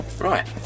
Right